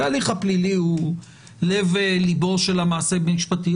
כי ההליך הפלילי הוא לב ליבו של המעשה המשפטי,